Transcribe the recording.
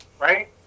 right